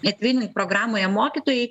etvinink programoje mokytojai